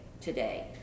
today